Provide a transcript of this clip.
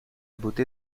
beauté